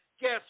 guess